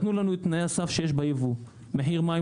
תנו לנו את תנאי הסף שיש ביבוא מחיר מים